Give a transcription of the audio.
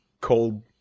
cold